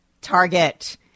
Target